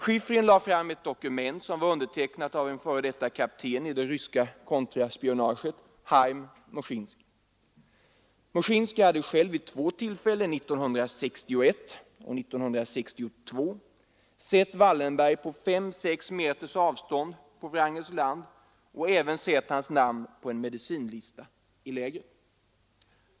Shifrin lade fram ett dokument som var undertecknat av en f. d. kapten i det ryska kontraspionaget, Haim Moshinski. Moshinski hade själv vid två tillfällen, 1961 och 1962, sett Wallenberg på fem sex meters avstånd på Wrangels land och även sett hans namn på en medicinlista i lägret.